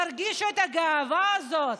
תרגישו את הגאווה הזאת.